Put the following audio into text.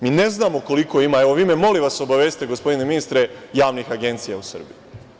Mi ne znamo koliko ima i, evo, vi me, molim vas, obavestite, gospodine ministre, javnih agencija u Srbiji.